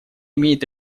имеет